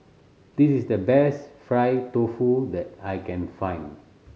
this is the best fried tofu that I can find